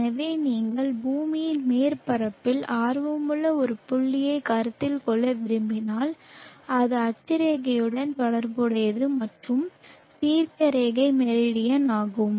எனவே நீங்கள் பூமியின் மேற்பரப்பில் ஆர்வமுள்ள ஒரு புள்ளியைக் கருத்தில் கொள்ள விரும்பினால் அது அட்சரேகையுடன் தொடர்புடையது மற்றும் தீர்க்கரேகை மெரிடியன் ஆகும்